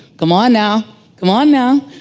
come on now, come on now.